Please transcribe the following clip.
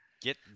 get